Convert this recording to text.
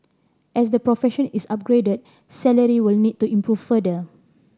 as the profession is upgraded salary will need to improve further